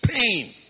Pain